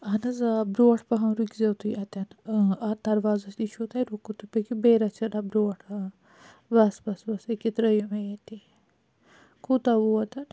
اہن حظ آ برٛونٛٹھ پَہم رُکزیٚو تُہۍ اتٮ۪ن آ اتھ دروازس نِش چھُو تۄہہِ رُکن تُہۍ پٔکِو بیٚیہِ رَژھہِ ہیٚنہ برٛونٛٹھ آ بَس بَس بَس ییٚکہِ ترٛٲیِو مےٚ ییٚتی کوٗتاہ ووت